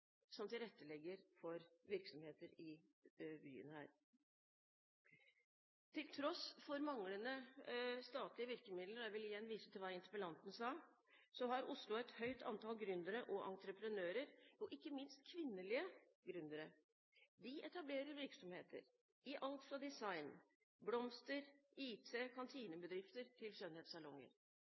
som tilrettelegger for virksomheter i byen her. Til tross for manglende statlige virkemidler – og jeg vil igjen vise til hva interpellanten sa – har Oslo et høyt antall gründere og entreprenører og ikke minst kvinnelige gründere. De etablerer virksomheter i alt fra design, blomster, IT, kantinebedrifter til skjønnhetssalonger.